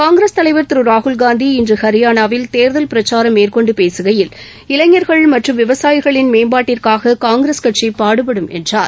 காங்கிரஸ் தலைவர் திரு ராகுல்காந்தி இன்று ஹரியானாவில் தேர்தல் பிரச்சாரம் மேற்கொண்டு பேசுகையில் இளைஞர்கள் மற்றும் விவசாயிகளின் மேம்பாட்டிற்காக காங்கிரஸ் கட்சி பாடுபடும் என்றார்